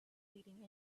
leading